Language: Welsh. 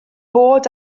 bod